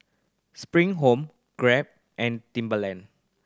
Spring Home Grab and Timberland